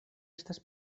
estas